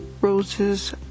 Roses